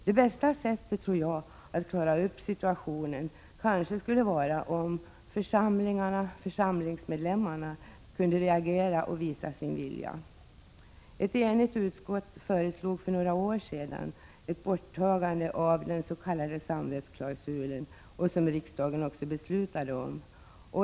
Det bästa sättet att klara upp situationen kanske skulle vara om församlingsmedlemmarna kunde reagera och visa sin vilja. Ett enigt utskott föreslog för några år sedan att den s.k. samvetsklausulen skulle tas bort, något som riksdagen också fattade beslut om.